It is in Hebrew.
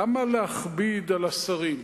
למה להכביד על השרים,